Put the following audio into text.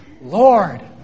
Lord